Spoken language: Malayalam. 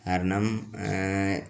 കാരണം